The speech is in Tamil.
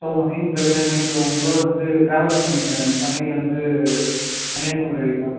சார் உங்கள் நேம் ப்ரவீனா நேற்று உங்கள் கூட வந்து ட்ராவல் பண்ணியிருந்தேன் சென்னையிலேருந்து கன்னியாகுமரி வரைக்கும்